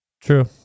True